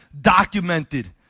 documented